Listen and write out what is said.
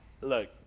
Look